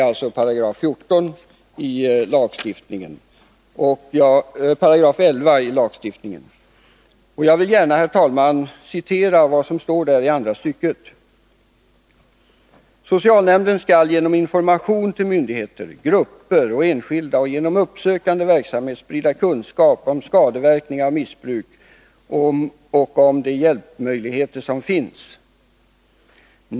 Det är 11 § i lagstiftningen, och jag vill gärna, herr talman, citera vad ”Socialnämnden skall genom information till myndigheter, grupper och enskilda och genom uppsökande verksamhet sprida kunskap om skadeverkningar av missbruk och om de hjälpmöjligheter som finns.